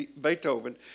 Beethoven